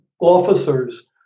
officers